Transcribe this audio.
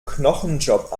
knochenjob